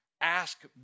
Ask